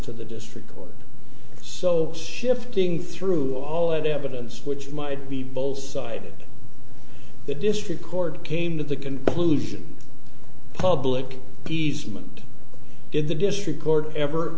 to the district court so shifting through all that evidence which might be both sided the district court came to the conclusion public pees meant in the district court ever